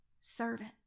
servant